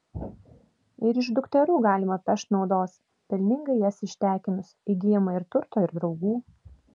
ir iš dukterų galima pešt naudos pelningai jas ištekinus įgyjama ir turto ir draugų